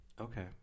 Okay